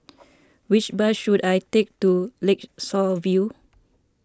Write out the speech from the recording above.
which bus should I take to Lakeshore View